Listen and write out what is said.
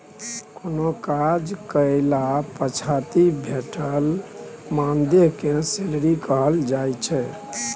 कोनो काज कएला पछाति भेटल मानदेय केँ सैलरी कहल जाइ छै